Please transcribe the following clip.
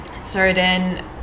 certain